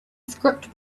script